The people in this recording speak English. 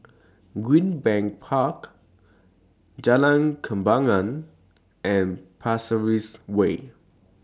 Greenbank Park Jalan Kembangan and Pasir Ris Way